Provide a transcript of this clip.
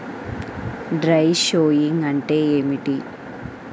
Dry sowing అంటే ఏమిటి?